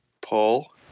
Paul